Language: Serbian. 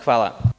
Hvala.